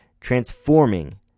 Transforming